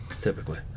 typically